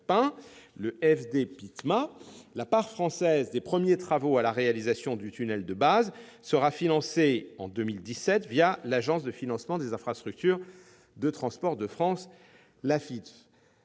le FDPITMA. La part française des premiers travaux à la réalisation du tunnel de base sera financée en 2017 l'Agence de financement des infrastructures de transport de France, l'AFITF.